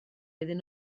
iddyn